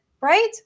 right